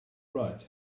right